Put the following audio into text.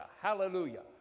hallelujah